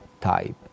type